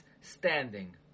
standing